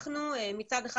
מצד אחד,